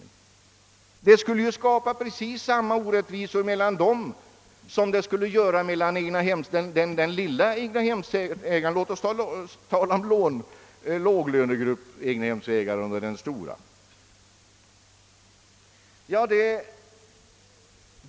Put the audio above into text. Den skulle ju skapa precis samma orättvisor mellan = låglönegruppsegnahemsägaren och höglönegruppsegnahemsägaren.